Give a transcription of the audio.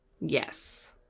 Yes